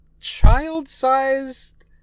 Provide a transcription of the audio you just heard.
child-sized